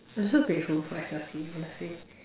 I'm so grateful for S_L_C honestly